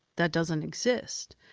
that doesn't exist.